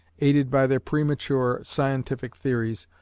aided by their premature scientific theories,